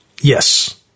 Yes